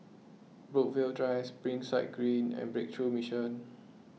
Brookvale Drive Springside Green and Breakthrough Mission